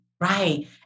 right